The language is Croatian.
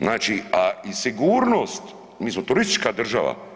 Znači, a sigurnost, mi smo turistička država.